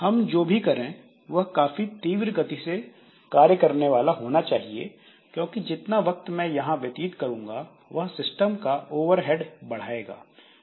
हम जो भी करें हमें यह काफी तीव्र गति से करना होगा क्योंकि जितना वक्त मैं यहां व्यतीत करूँगा वह सिस्टम का ओवरहेड बढ़ाएगा